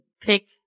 pick